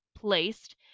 placed